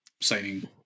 signing